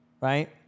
right